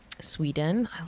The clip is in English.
Sweden